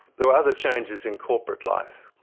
there were other changes in corporate life.